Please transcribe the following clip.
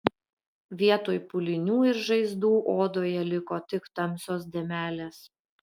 vietoj pūlinių ir žaizdų odoje liko tik tamsios dėmelės